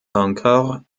encore